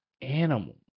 animal